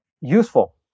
useful